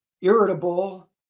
irritable